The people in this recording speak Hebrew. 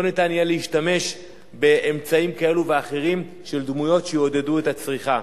לא ניתן יהיה להשתמש באמצעים כאלה ואחרים של דמויות שיעודדו את הצריכה.